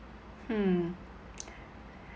hmm